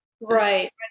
Right